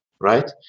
right